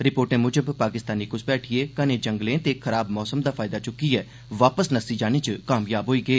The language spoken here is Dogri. रिपोर्टे मुजब पाकिस्तानी घ्सपैठिए घने जंगलें ते खराब मौसम दा फायदा चुक्कियै वापस नस्सने च कामयाबी होई गे